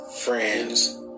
friends